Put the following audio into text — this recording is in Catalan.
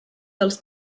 dels